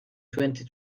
twenty